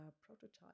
prototype